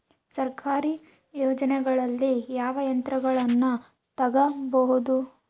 ಸರ್ಕಾರಿ ಯೋಜನೆಗಳಲ್ಲಿ ಯಾವ ಯಂತ್ರಗಳನ್ನ ತಗಬಹುದು?